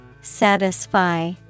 Satisfy